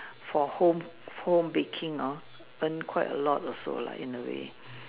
for home home baking hor earn quite a lot also lah in a way